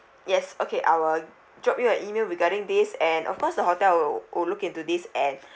yes okay I will drop your an email regarding this and of course the hotel will will look into this and